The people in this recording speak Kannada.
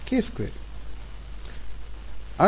ವಿದ್ಯಾರ್ಥಿ k2 k2